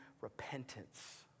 Repentance